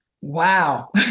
Wow